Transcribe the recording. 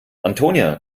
antonia